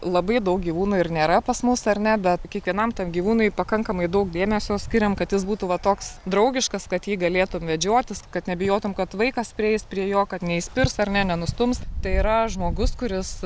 labai daug gyvūnų ir nėra pas mus ar ne bet kiekvienam gyvūnui pakankamai daug dėmesio skiriam kad jis būtų va toks draugiškas kad jį galėtum vedžiotis kad nebijotum kad vaikas prieis prie jo kad neįspirs ar ne nenustums tai yra žmogus kuris